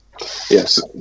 Yes